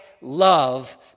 love